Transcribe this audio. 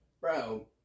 Bro